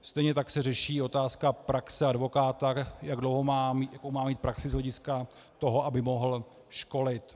Stejně tak se řeší otázka praxe advokáta, jak dlouhou má mít praxi z hlediska toho, aby mohl školit.